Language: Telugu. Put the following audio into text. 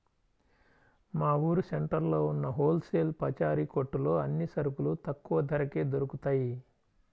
మా ఊరు సెంటర్లో ఉన్న హోల్ సేల్ పచారీ కొట్టులో అన్ని సరుకులు తక్కువ ధరకే దొరుకుతయ్